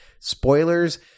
spoilers